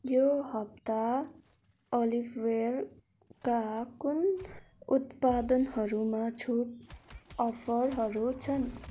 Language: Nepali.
यो हप्ता अलिफवेयरका कुन उत्पादनहरूमा छुट अफरहरू छन्